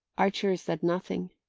archer said nothing.